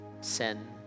sin